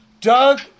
Doug